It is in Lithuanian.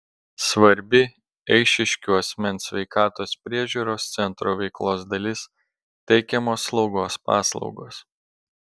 svarbi eišiškių asmens sveikatos priežiūros centro veiklos dalis teikiamos slaugos paslaugos